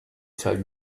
tell